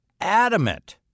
adamant